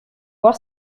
voir